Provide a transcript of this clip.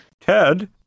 Ted